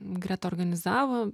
greta organizavo